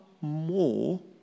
more